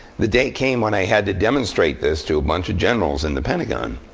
the day came when i had to demonstrate this to a bunch of generals in the pentagon.